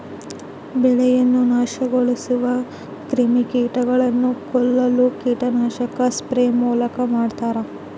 ಬೆಳೆಯನ್ನು ನಾಶಗೊಳಿಸುವ ಕ್ರಿಮಿಕೀಟಗಳನ್ನು ಕೊಲ್ಲಲು ಕೀಟನಾಶಕ ಸ್ಪ್ರೇ ಮೂಲಕ ಮಾಡ್ತಾರ